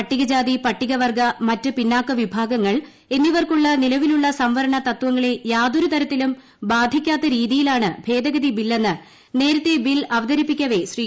പട്ടികജാതിപട്ടികവർഗ്ഗു മറ്റ് പിന്നാക്ക വിഭാഗങ്ങൾ എന്നിവർക്കുള്ള നിലവിലുള്ള സംവരണ തത്വങ്ങളെ യാതൊരു തരത്തിലും ബാധിക്കാത്ത രീതിയിലാണ് ഭേദഗതി ബില്ലെന്ന് നേരത്തെ ബിൽ അവതരിപ്പിക്കവേ ശ്രീ